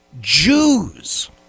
Jews